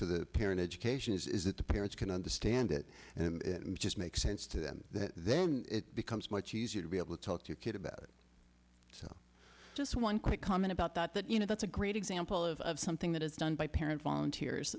for the parent education is that the parents can understand it and it just makes sense to them that then it becomes much easier to be able to talk to your kid about it so just one quick comment about that that you know that's a great example of something that is done by parent volunteers